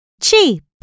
cheap